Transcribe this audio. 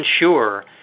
ensure